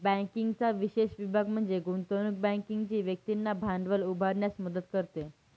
बँकिंगचा विशेष विभाग म्हणजे गुंतवणूक बँकिंग जी व्यक्तींना भांडवल उभारण्यास मदत करते